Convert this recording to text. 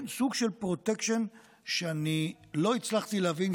כן, סוג של פרוטקשן שאני לא הצלחתי להבין.